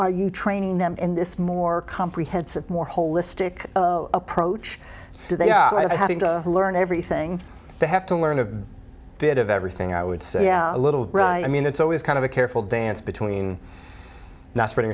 are you training them in this more comprehensive more holistic approach they are by having to learn everything they have to learn a bit of everything i would say yeah a little i mean it's always kind of a careful dance between not spread